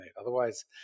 Otherwise